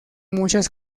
muchas